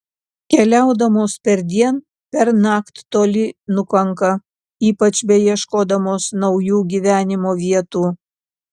keliaudamos perdien pernakt toli nukanka ypač beieškodamos naujų gyvenimo vietų